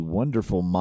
wonderful